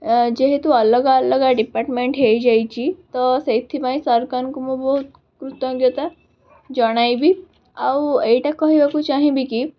ଯେହେତୁ ଅଲଗା ଅଲଗା ଡିପାର୍ଟମେଣ୍ଟ୍ ହୋଇଯାଇଛି ତ ସେଥି ପାଇଁ ସରକାରଙ୍କୁ ମୁଁ ବହୁତ କୃତଜ୍ଞତା ଜଣାଇବି ଆଉ ଏଇଟା କହିବାକୁ ଚାହିଁବି କି